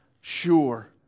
sure